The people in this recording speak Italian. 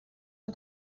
era